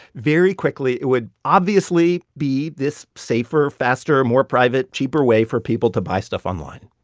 very quickly, it would obviously be this safer, faster, more private, cheaper way for people to buy stuff online.